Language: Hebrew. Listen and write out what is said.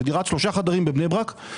זה דירת שלושה חדרים בבני ברק.